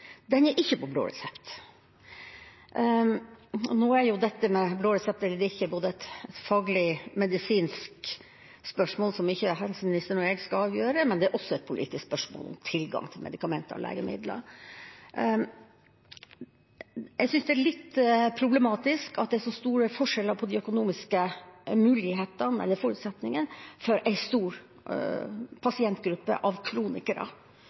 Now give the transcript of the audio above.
den er ikke på blå resept. Nå er dette med blå resept eller ikke et fagligmedisinsk spørsmål, som ikke helseministeren og jeg skal avgjøre, og det er også et politisk spørsmål om tilgang til medikamenter og legemidler. Jeg synes det er litt problematisk at det er så store forskjeller når det gjelder de økonomiske mulighetene eller forutsetningene for en stor pasientgruppe av kronikere.